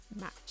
match